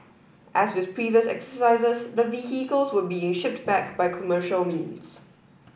as with previous exercises the vehicles were being shipped back by commercial means